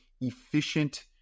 efficient